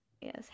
yes